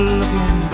looking